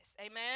Amen